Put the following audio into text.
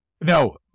No